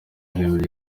irimbi